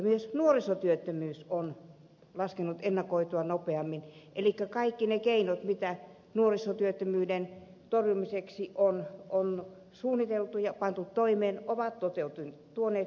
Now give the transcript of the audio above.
myös nuorisotyöttömyys on laskenut ennakoitua nopeammin elikkä kaikki ne keinot mitä nuorisotyöttömyyden torjumiseksi on suunniteltu ja pantu toimeen ovat tuoneet hyvää tulosta